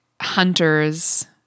hunters